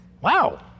Wow